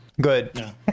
Good